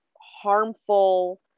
harmful